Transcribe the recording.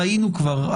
ראינו כבר,